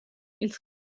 ils